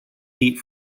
heat